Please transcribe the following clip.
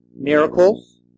miracles